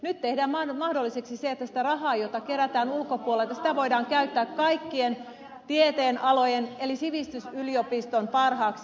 nyt tehdään mahdolliseksi se että sitä rahaa jota kerätään ulkopuolelta voidaan käyttää kaikkien tieteenalojen eli sivistysyliopiston parhaaksi